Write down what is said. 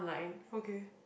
okay